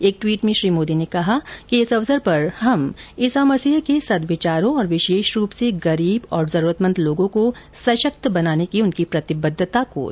एक ट्वीट में श्री मोदी ने कहा है कि इस अवसर पर हम ईसा मसीह के सदविचारों और विशेष रूप से गरीब और जरूरतमंद लोगों को सशक्त बनाने की उनकी प्रतिबद्धता का स्मरण करते हैं